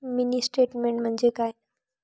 Mini statement म्हणजे काय?